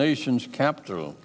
nation's capital